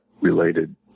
related